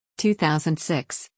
2006